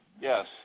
yes